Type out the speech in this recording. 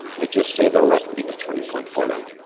may just save their life and be the turning point for them.